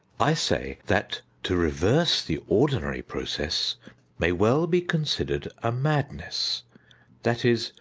i say that to reverse the ordinary process may well be considered a madness that is,